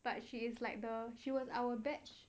but she is like the she was our batch